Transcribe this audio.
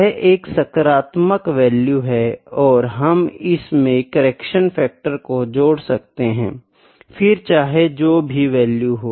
यह एक सकारात्मक वैल्यू है और हम इसमें करेक्शन फैक्टर को जोड़ सकते है फिर चाहे जो भी वैल्यू हो